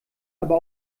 aber